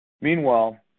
Meanwhile